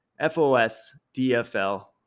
fosdfl